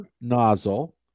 nozzle